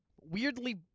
weirdly